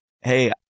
hey